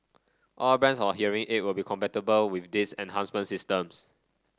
all brands of hearing aid will be compatible with these enhancement systems